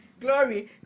Glory